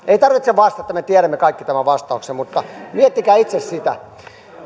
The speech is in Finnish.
ei tarvitse vastata me tiedämme kaikki tämän vastauksen mutta miettikää itse sitä